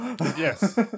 Yes